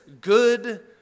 good